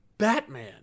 Batman